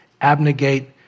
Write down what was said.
Abnegate